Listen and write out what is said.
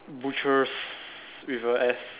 butchers with a S